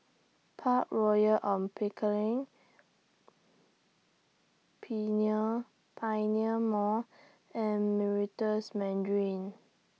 Park Royal on Pickering Pioneer Mall and Meritus Mandarin